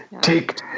Take